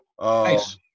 Nice